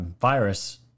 virus